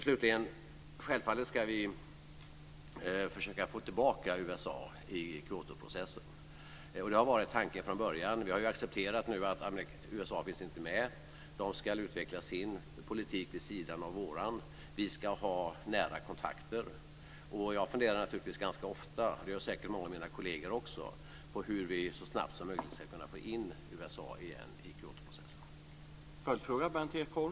Slutligen: Självfallet ska vi försöka få tillbaka USA i Kyotoprocessen. Det har ju varit tanken från början. Vi har ju accepterat nu att USA inte finns med. USA ska utveckla sin politik vid sidan av vår. Vi ska ha nära kontakter. Jag funderar naturligtvis ganska ofta - det gör säkert många av mina kolleger också - på hur vi så snabbt som möjligt ska kunna få in USA i Kyotoprocessen igen.